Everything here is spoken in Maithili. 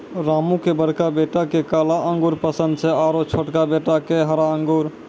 रामू के बड़का बेटा क काला अंगूर पसंद छै आरो छोटका बेटा क हरा अंगूर